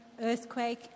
earthquake